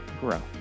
grow